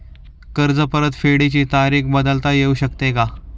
कर्ज परतफेडीची तारीख बदलता येऊ शकते का?